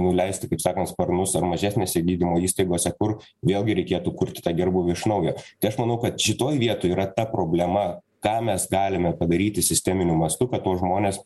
nuleisti kaip sakant sparnus ar mažesnėse gydymo įstaigose kur vėlgi reikėtų kurti tą gerbūvį iš naujo tai aš manau kad šitoj vietoj yra ta problema ką mes galime padaryti sisteminiu mastu kad tuos žmones